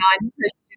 non-Christian